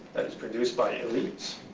that is produced by elites.